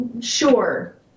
Sure